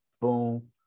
boom